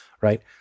right